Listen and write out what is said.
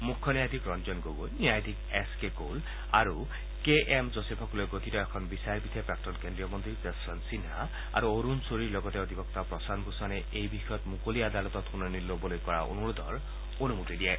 মুখ্য ন্যায়াধীশ ৰঞ্জন গগৈ ন্যায়াধীশ এছ কে কৌল আৰু কে এম যোছেফক লৈ গঠিত এখন বিচাৰপীঠে প্ৰাক্তন কেন্দ্ৰীয় মন্ত্ৰী যশৱন্ত সিন্হা আৰু অৰুণ চৌৰীৰ লগতে অধিবক্তা প্ৰশান্ত ভূষণে এই বিষয়ত মুকলি আদালতত শুনানি ল'বলৈ কৰা অনুৰোধৰ অনুমতি দিয়ে